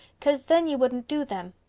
cause then you wouldn't do them.